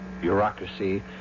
bureaucracy